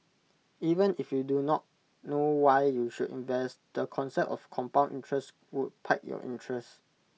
even if you do not know why you should invest the concept of compound interest would pique your interest